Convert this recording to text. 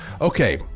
Okay